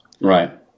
Right